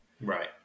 Right